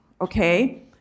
okay